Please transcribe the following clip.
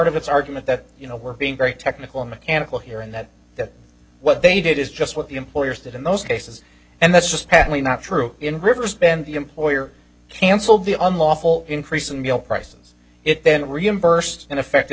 its argument that you know we're being very technical mechanical here and that that what they did is just what the employers did in those cases and that's just patently not true in reverse then the employer cancelled the unlawful increase in milk prices it then reimbursed in effect